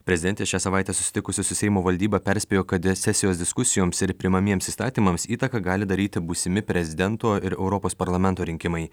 prezidentė šią savaitę susitikusi su seimo valdyba perspėjo kad sesijos diskusijoms ir priimamiems įstatymams įtaką gali daryti būsimi prezidento ir europos parlamento rinkimai